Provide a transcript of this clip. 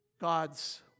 God's